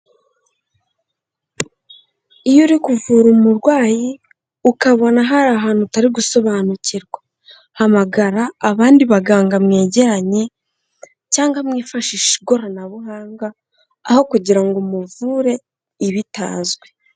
Iyo uri kuvura umurwayi ukabona hari ahantu utari gusobanukirwa. Hamagara abandi baganga mwegeranye cyangwa mwifashishe ikoranabuhanga, aho kugira ngo umuvure ibitazwi.